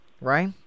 right